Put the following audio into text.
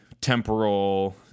temporal